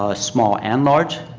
ah small and large.